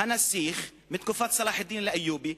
הנסיך מתקופת צלאח א-דין אלאיובי,